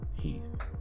Heath